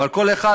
אבל כל אחד,